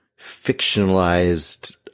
fictionalized